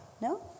No